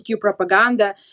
propaganda